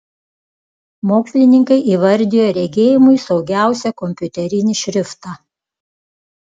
mokslininkai įvardijo regėjimui saugiausią kompiuterinį šriftą